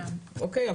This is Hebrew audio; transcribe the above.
אוקיי.